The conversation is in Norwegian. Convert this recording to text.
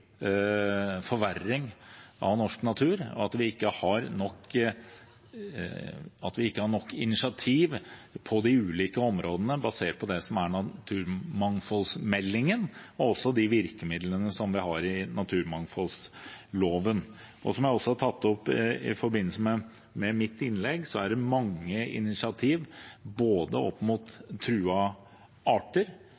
vi ikke har nok initiativ på de ulike områdene, basert på naturmangfoldmeldingen og også de virkemidlene som vi har i naturmangfoldloven. Som jeg tok opp i mitt innlegg, er det mange initiativ: overfor truede arter, landskapstyper og utvalgte kulturlandskap som vi har innenfor landbruket. Vi bruker de virkemidlene vi har og utvikler inn mot